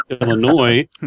Illinois